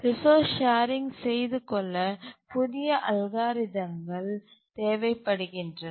resource sharing செய்து கொள்ள புதிய அல்காரிதம்கள் தேவைப்படுகின்றன